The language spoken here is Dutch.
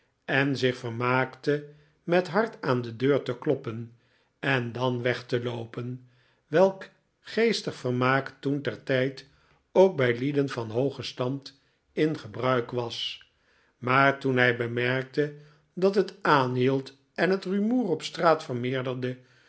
en zich vermaakte met hard aan de deur te kloppen en dan weg te loopen welk geestig vermaak toen ter tijd ook bij lieden van hoogen stand in gebruik was maar toen hij bemerkte dat het aanhield en het rumoer op straat vermeerderde